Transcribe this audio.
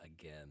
again